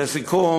לסיכום,